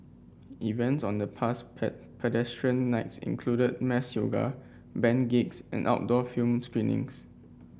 events on the past Pedestrian Nights included mass yoga band gigs and outdoor film screenings